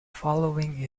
following